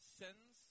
sins